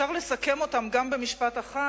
אפשר לסכם אותם גם במשפט אחד,